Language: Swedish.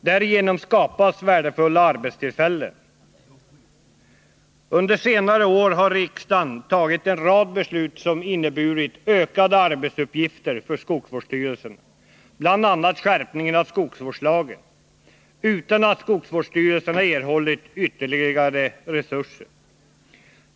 Därigenom skapas värdefulla arbetstillfällen. Under senare år har riksdagen fattat en rad beslut som inneburit ökade arbetsuppgifter för skogsvårdsstyrelserna, bl.a. skärpningen av skogsvårdslagen, utan att skogsvårdsstyrelserna erhållit ytterligare resurser.